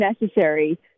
necessary